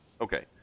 Okay